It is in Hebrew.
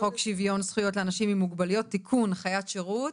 חוק שוויון זכויות לאנשים עם מוגבלויות (תיקון חיית שירות),